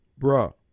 Bruh